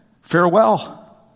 Farewell